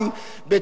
בצורת